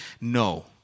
No